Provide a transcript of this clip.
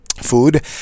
food